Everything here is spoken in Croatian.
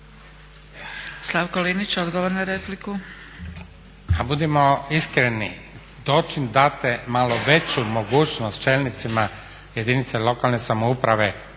Slavko (Nezavisni)** Pa budimo iskreni, doćim date malo veću mogućnost čelnicima jedinicama lokalne samouprave